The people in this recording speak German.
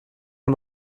von